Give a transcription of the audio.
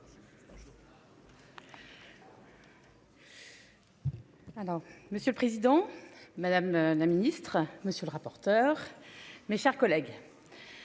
monsieur le président, madame la ministre, monsieur le rapporteur. Mes chers collègues.